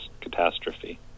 catastrophe